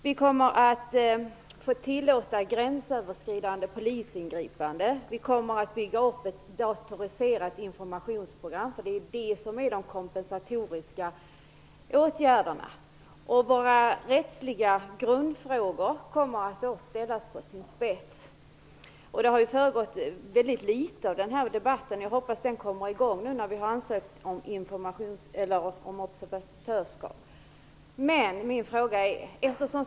Vi kommer att som kompensatoriska åtgärder få tillåta gränsöverskridande polisingripanden och att få bygga upp ett datoriserat informationsprogram. Våra rättsliga grundfrågor kommer att ställas på sin spets. Det har pågått väldigt litet av debatt om detta. Jag hoppas att den kommer i gång nu när vi har ansökt om observatörskap. Jag vill ställa en fråga.